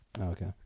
Okay